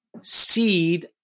seed